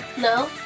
No